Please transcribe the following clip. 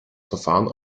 verfahren